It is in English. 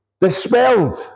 dispelled